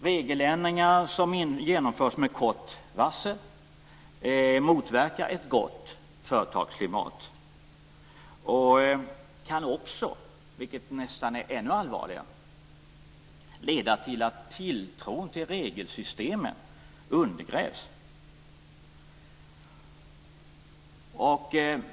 Regeländringar som genomförs med kort varsel motverkar ett gott företagsklimat. De kan också, vilket nästan är ännu allvarligare, leda till att tilltron till regelsystemen undergrävs.